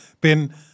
Ben